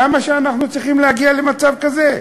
למה אנחנו צריכים להגיע למצב כזה?